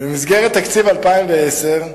במסגרת תקציב 2010,